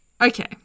Okay